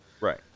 Right